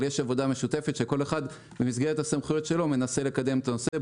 אבל יש עבודה משותפת כשכל אחד במסגרת הסמכויות שלו מנסה לקדם את הנושא.